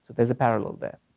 there's a parallel there.